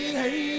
hey